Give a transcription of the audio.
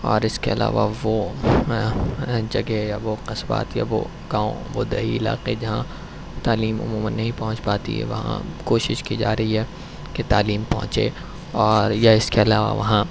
اور اس کے علاوہ وہ جگہ یا وہ قصبات یا وہ گاؤں وہ دیہی علاقے جہاں تعلیم عموماً نہیں پہنچ پاتی ہے وہاں کوشش کی جا رہی ہے کہ تعلیم پہنچے اور یا اس کے علاوہ وہاں